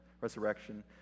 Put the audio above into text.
resurrection